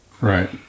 Right